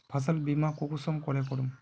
फसल बीमा कुंसम करे करूम?